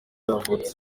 yavutse